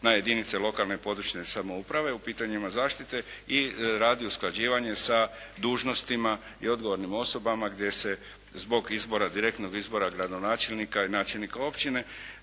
na jedinice lokalne područne samouprave u pitanjima zaštite i radi usklađivanja sa dužnostima i odgovornim osobama gdje se zbog direktnog izbora gradonačelnika i načelnika općine